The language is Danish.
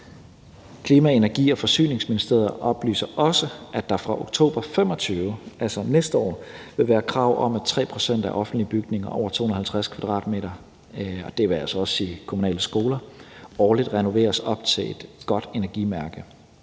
Klima-, Energi- og Forsyningsministeriet oplyser også, at der fra oktober 2025, altså næste år, vil være krav om, at 3 pct. af offentlige bygninger over 250 m², altså også kommunale skoler, årligt renoveres op til et godt energimærke,